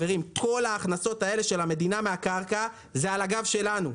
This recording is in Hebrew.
כל ההכנסות האלה של המדינה מהקרקע זה על הגב שלנו,